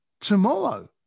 tomorrow